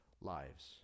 lives